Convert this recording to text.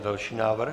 Další návrh.